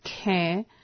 care